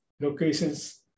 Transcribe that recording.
locations